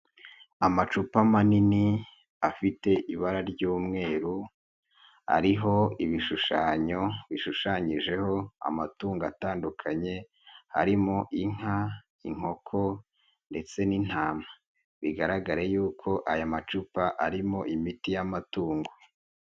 Amacupa manini afite ibara ry'umweru ariho ibishushanyo bishushanyijeho amatungo atandukanye harimo inka, inkoko ndetse n'intama, bigaragare y'uko aya macupa arimo imiti y'amatungo.